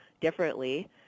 differently